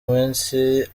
munsi